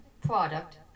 product